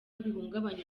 bihungabanya